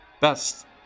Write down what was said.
best